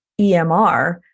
EMR